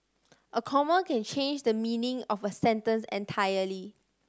a comma can change the meaning of a sentence entirely